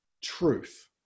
truth